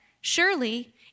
Surely